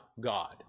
God